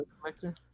collector